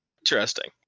interesting